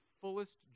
fullest